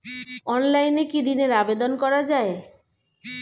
অনলাইনে কি ঋণের আবেদন করা যায়?